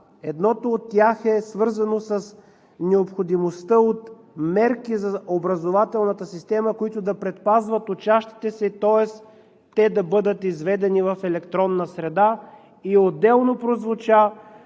Едното от тях е свързано с необходимостта от мерки за образователната система, които да предпазват учащите се, тоест те да бъдат изведени в електронна среда. Отделно прозвуча